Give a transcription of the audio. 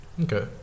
Okay